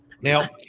Now